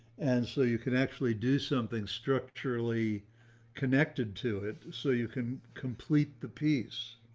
and so you can actually do something structurally connected to it. so you can complete the piece,